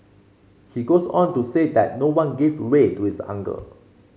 he goes on to say that no one gave way to his uncle